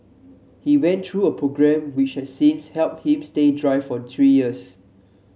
he went through a programme which has since helped him stay dry for three years